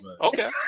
Okay